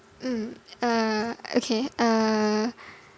mm uh okay uh